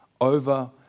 over